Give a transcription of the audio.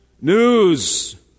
News